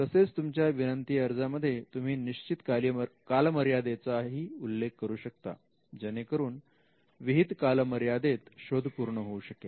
तसेच तुमच्या विनंती अर्ज मध्ये तुम्ही निश्चित कालमर्यादेचा ही उल्लेख करू शकता जेणेकरून विहित कालमर्यादेत शोध पूर्ण होऊ शकेल